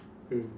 mm